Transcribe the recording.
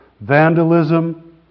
Vandalism